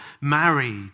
married